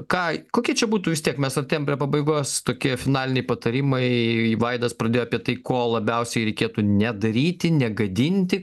ką kokia čia būtų vis tiek mes artėjam prie pabaigos tokie finaliniai patarimai vaidas pradėjo apie tai ko labiausiai reikėtų nedaryti negadinti